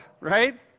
right